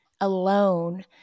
alone